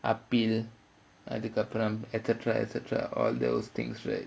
apple அதுக்கு அப்புறம்:athukku appuram et cetera et cetera all those things right